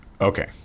okay